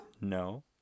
No